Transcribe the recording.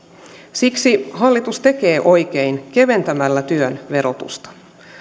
siksi hallitus tekee oikein keventämällä työn verotusta